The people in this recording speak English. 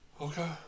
Okay